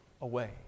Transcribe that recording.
away